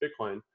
Bitcoin